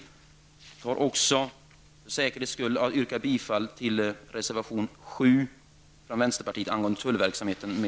Jag får också för säkerhets skull yrka bifall till reservation nr 7 från vänsterpartiet angående tullverksamheten i